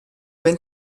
been